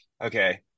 okay